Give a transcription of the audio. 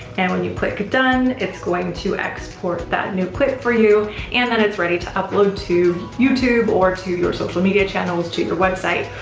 and when you click done it's going to export that new clip for you and then it's ready to upload to youtube or to your social media channels, to your website,